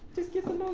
just get the